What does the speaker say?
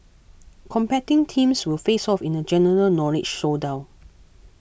competing teams will face off in a general knowledge showdown